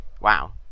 wow